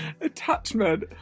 Attachment